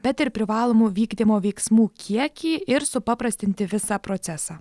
bet ir privalomų vykdymo veiksmų kiekį ir supaprastinti visą procesą